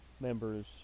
members